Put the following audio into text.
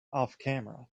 offcamera